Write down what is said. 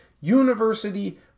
University